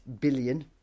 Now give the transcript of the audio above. billion